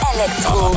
Electro